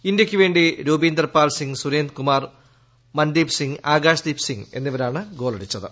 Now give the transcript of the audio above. ഇന്തൃക്ക് വേണ്ടി രൂപീന്ദർ പാൽസിംഗ് സുരേന്ദർ കുമാർ മൻദീപ് സിംഗ് ആകാശ് ദീപ് സിംഗ് എന്നിവരാണ് ഗോളടിച്ചത്